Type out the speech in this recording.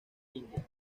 india